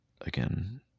Again